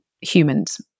humans